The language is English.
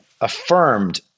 affirmed